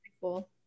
cool